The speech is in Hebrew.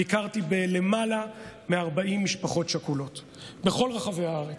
ביקרתי אצל יותר מ-40 משפחות שכולות בכל רחבי הארץ,